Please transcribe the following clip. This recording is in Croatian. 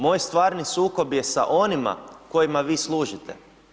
Moj stvarni sukob je sa onima kojima vi služite.